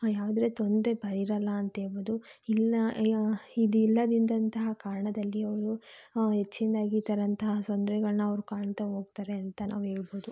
ಯಾವುದೆ ತೊಂದರೆ ಬ ಇರಲ್ಲ ಅಂತ ಹೇಳ್ಬೋದು ಇಲ್ಲ ಇದು ಇಲ್ಲದಿದ್ದಂತಹ ಕಾರಣದಲ್ಲಿ ಅವರು ಹೆಚ್ಚಿನ್ದಾಗಿ ಈ ತರಂತಹ ತೊಂದ್ರೆಗಳನ್ನ ಅವ್ರು ಕಾಣ್ತಾ ಹೋಗ್ತಾರೆ ಅಂತ ನಾವು ಹೇಳ್ಬೋದು